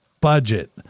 Budget